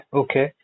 okay